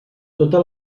tota